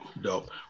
dope